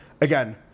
Again